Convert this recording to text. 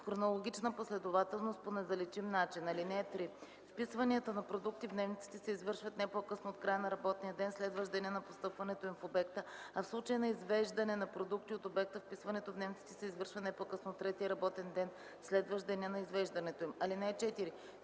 хронологична последователност по незаличим начин. (3) Вписванията на продукти в дневниците се извършват не по-късно от края на работния ден, следващ деня на постъпването им в обекта, а в случаи на извеждане на продукти от обекта, вписването в дневниците се извършва не по-късно от третия работен ден, следващ деня на извеждането им. (4)